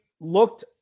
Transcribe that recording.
looked